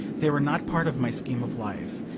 they were not part of my scheme of life.